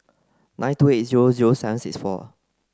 nine two eight zero zero seven six four